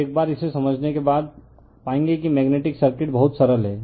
तो एक बार इसे समझने के बाद पाएंगे कि मेग्नेटिक सर्किट बहुत सरल है